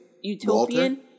Utopian